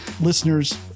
listeners